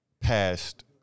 past